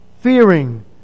fearing